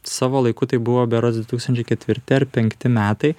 savo laiku tai buvo berods du tūkstančiai ketvirti ar penkti metai